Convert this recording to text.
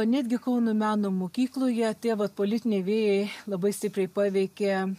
netgi kauno meno mokykloje tie vat politiniai vėjai labai stipriai paveikė